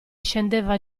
scendeva